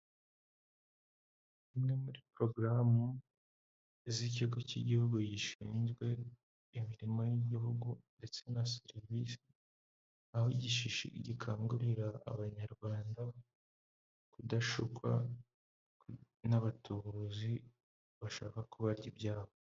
Imwe muri porogaramu z'ikigo cy'igihugu gishinzwe imirimo y'igihugu ndetse na serivisi, aho gikangurira abanyarwanda kudashukwa n'abatubuzi bashaka kubarya ibyabo.